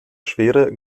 schwere